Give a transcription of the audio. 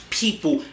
people